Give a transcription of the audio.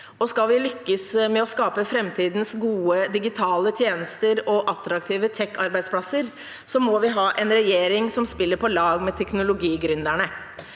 skal vi lykkes med å skape framtidens gode digitale tjenester og attraktive tek-arbeidsplasser, må vi ha en regjering som spiller på lag med teknologigründerne.